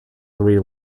three